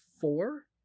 four